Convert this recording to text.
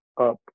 up